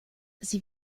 sie